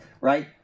right